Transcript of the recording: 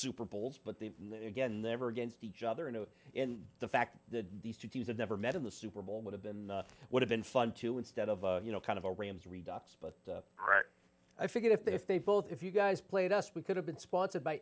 yooper bowls but the new again never against each other and in the fact that these two teams have never met in the super bowl would have been would have been fun too instead of you know kind of a rams redux but i figured if they if they both if you guys played us we could have been spotted by